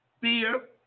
fear